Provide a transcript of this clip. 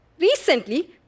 Recently